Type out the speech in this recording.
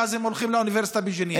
ואז הם הולכים לאוניברסיטה בג'נין.